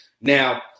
now